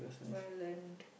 but I learnt